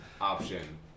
option